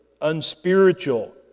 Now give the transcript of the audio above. unspiritual